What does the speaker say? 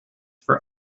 for